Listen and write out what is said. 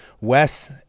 Wes